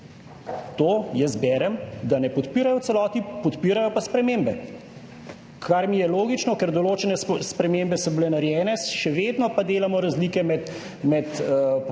To jaz berem, da ne podpirajo v celoti. Podpirajo pa spremembe, kar mi je logično, ker določene spremembe so bile narejene. Še vedno pa delamo razlike med popoldanskimi